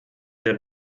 der